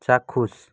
চাক্ষুষ